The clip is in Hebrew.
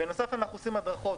בנוסף, אנחנו עושים הדרכות.